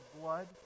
blood